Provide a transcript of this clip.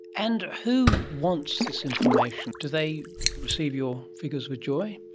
and who wants this information? do they receive your figures with joy?